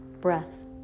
breath